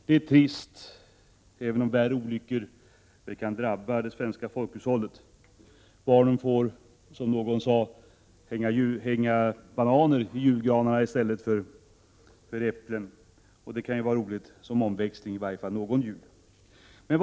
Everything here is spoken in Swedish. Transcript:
Det är trist, även om värre olyckor väl kan drabba det svenska folkhushållet. Barnen får, som någon sade, hänga bananer i julgranen i stället för äpplen, och det kan ju vara roligt som omväxling, i varje fall någon jul. Herr talman!